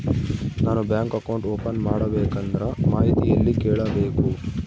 ನಾನು bank account open ಮಾಡಬೇಕಂದ್ರ ಮಾಹಿತಿ ಎಲ್ಲಿ ಕೇಳಬೇಕು?